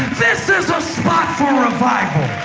this is the spot for revival.